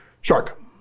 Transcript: Shark